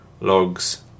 Log's